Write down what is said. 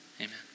Amen